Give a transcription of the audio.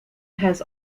has